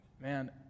man